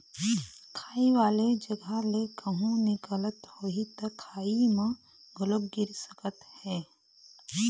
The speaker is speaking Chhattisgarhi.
खाई वाले जघा ले कहूँ निकलत होही त खाई म घलोक गिर सकत हे